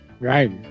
Right